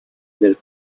del